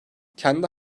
kendi